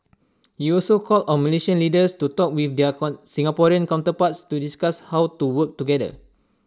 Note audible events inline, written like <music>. he also called on Malaysian leaders to talk with their <unintelligible> Singaporean counterparts to discuss how to work together